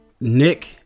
Nick